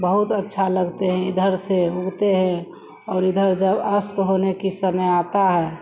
बहुत अच्छा लगते हैं इधर से उगते हैं और उधर जब अस्त होने का समय आता है